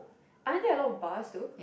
aren't there a lot of bars though